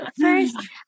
first